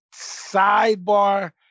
sidebar